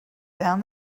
down